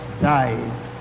died